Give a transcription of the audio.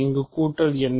இங்கு கூட்டல் என்ன